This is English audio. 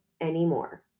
anymore